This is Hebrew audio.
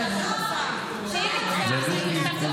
כאילו יש פה